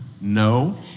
No